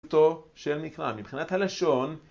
של מקרא מבחינת הלשון